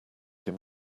him